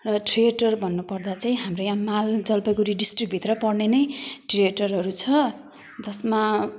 र थिएटर भन्नुपर्दा चाहिँ हाम्रो यहाँ माल जलपाइगुडी डिस्ट्रिक्ट भित्र पर्ने नै थिएटरहरू छ जसमा